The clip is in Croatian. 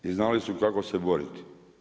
I znali su kako se boriti.